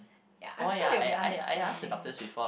ya I'm sure they will be understanding